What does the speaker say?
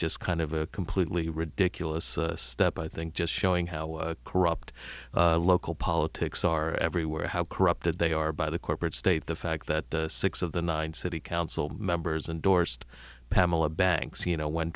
just kind of a completely ridiculous step i think just showing how corrupt local politics are everywhere how corrupted they are by the corporate state the fact that six of the nine city council members indorsed pamela banks you know when